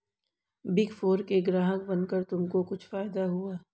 Big four के ग्राहक बनकर तुमको कुछ फायदा हुआ?